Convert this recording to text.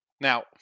now